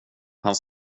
han